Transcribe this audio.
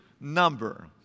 number